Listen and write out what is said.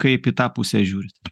kaip į tą pusę žiūrit